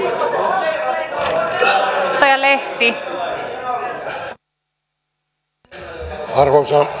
arvoisa rouva puhemies